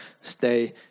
stay